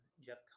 Jeff